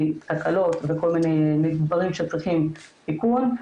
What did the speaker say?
תקלות בכל מיני דברים שצריכים תיקון.